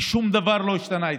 כי שום דבר לא השתנה אצלי.